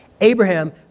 Abraham